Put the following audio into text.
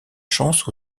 chance